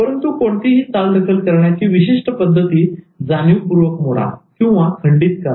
परंतु कोणतीही चालढकल करण्याची विशिष्ट पद्धती जाणीवपूर्वक मोडाखंडित करा